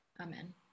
Amen